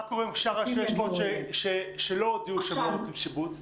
קורה עם שאר ה-600 שלא הודיעו שהם לא רוצים שיבוץ?